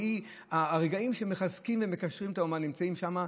שהם הרגעים שמחזקים ומקשרים את האומה נמצאים שם.